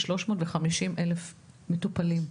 ל-350,000 מטופלים.